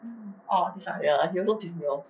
ya he also pissed me off